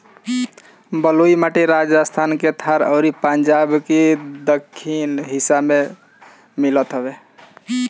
बलुई माटी राजस्थान के थार अउरी पंजाब के दक्खिन हिस्सा में मिलत हवे